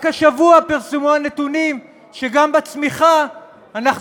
רק השבוע פורסמו הנתונים שגם בצמיחה אנחנו